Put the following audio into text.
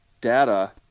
data